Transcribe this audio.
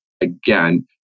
again